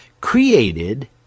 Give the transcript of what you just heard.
created